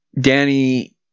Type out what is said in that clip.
Danny